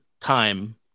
time